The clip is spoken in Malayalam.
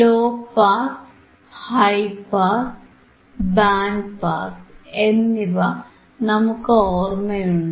law pass high pass band pass എന്നിവ നമുക്ക് ഓർമയുണ്ട്